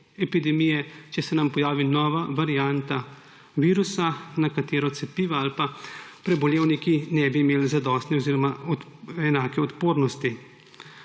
epidemije, če se nam pojavi nova varianta virusa, na katero cepiva ali pa prebolevniki ne bi imeli zadostne oziroma enake odpornosti.